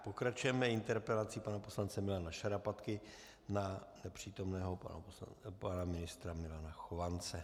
Pokračujeme interpelací pana poslance Milana Šarapatky na nepřítomného pana ministra Milana Chovance.